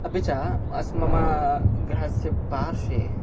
अपि च अस् मम गृहस्य पार्श्वे